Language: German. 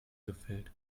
gefällt